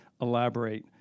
elaborate